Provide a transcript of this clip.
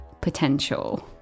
potential